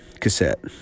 cassette